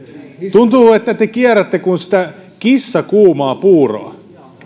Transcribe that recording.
tuntuu että te kierrätte sitä kuin kissa kuumaa puuroa